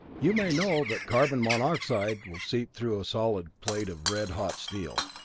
you may know that carbon monoxide will seep through a solid plate of red-hot steel.